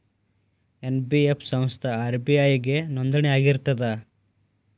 NBF ಸಂಸ್ಥಾ RBI ಗೆ ನೋಂದಣಿ ಆಗಿರ್ತದಾ?